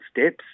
steps